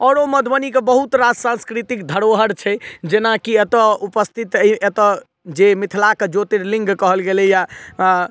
आओरो मधुबनीके बहुत रास सांस्कृतिक धरोहरि छै जेनाकि एतय उपस्थित अहि जेना एतय जे मिथिलाक ज्योतिर्लिङ्ग कहल गेलैया